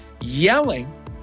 yelling